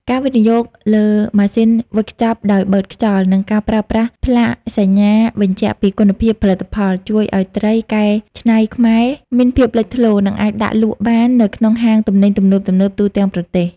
ការវិនិយោគលើម៉ាស៊ីនវេចខ្ចប់ដោយបឺតខ្យល់ និងការប្រើប្រាស់ផ្លាកសញ្ញាបញ្ជាក់ពីគុណភាពផលិតផល ជួយឱ្យត្រីកែច្នៃខ្មែរមានភាពលេចធ្លោ និងអាចដាក់លក់បាននៅក្នុងហាងទំនិញទំនើបៗទូទាំងប្រទេស។